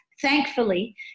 thankfully